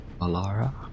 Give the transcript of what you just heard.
Alara